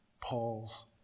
Paul's